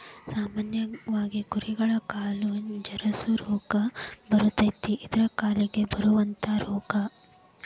ಸಾಮಾನ್ಯವಾಗಿ ಕುರಿಗಳಿಗೆ ಕಾಲು ಜರಸು ರೋಗಾ ಬರತತಿ ಇದ ಕಾಲಿಗೆ ಬರುವಂತಾ ರೋಗಾ